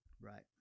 right